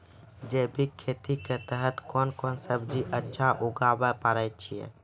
जैविक खेती के तहत कोंन कोंन सब्जी अच्छा उगावय पारे छिय?